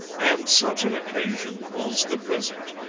and such an occasion was the present.